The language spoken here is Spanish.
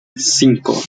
cinco